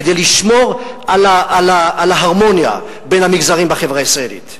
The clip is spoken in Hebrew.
כדי לשמור על ההרמוניה בין המגזרים בחברה הישראלית.